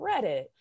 Reddit